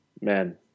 man